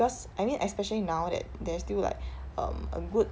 cause I mean especially now that there's still like um a good